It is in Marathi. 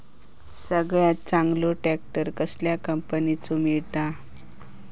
सगळ्यात चांगलो ट्रॅक्टर कसल्या कंपनीचो मिळता?